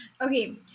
Okay